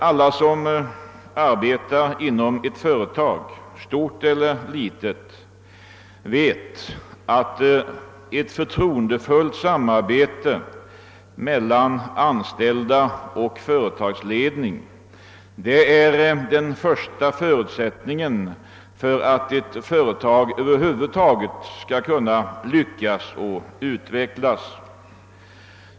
Alla som arbetar inom ett företag, stort eller litet, vet säkerligen att ett förtroendefullt samarbete mellan anställda och företagsledning är den första förutsättningen för att företaget skall kunna lyckas och utvecklas.